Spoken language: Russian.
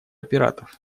пиратов